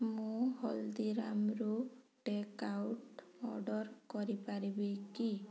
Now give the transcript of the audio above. ମୁଁ ହଲ୍ଦିରାମ୍ରୁ take out order କରିପାରିବି କି